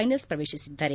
ೈನಲ್ಲ್ ಪ್ರವೇಶಿಸಿದ್ದಾರೆ